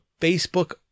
Facebook